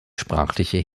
sprachliche